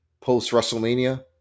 post-WrestleMania